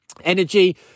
energy